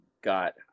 got